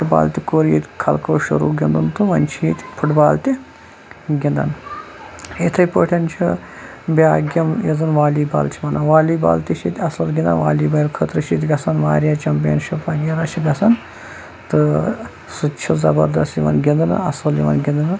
foot بال تہِ کوٚر ییٚتہِ خلقو شُروع گِنٛدُن تہِ وۄنۍ چھُ ییٚتہِ فُٹ بال تہِ گِنٛدان یِتھٕے پٲٹھۍ چھُ بیاکھ گیم یۄس زَن والی بال چھِ وَنان والی بال تہِ چھِ ییٚتہِ اَصٕل گِنٛدان والی بالہِ خٲطرٕ چھِ ییٚتہِ گَژَھان واریاہ چیمپینشِپ وغیرَہ چھِ گَژھان تہٕ سُہ تہِ چھُ زَبردست یِوان گِنٛدنہٕ اَصٕل یِوان گِنٛدنہٕ